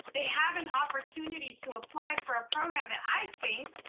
they have an opportunity to apply for a program that i think,